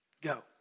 Go